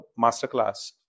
masterclass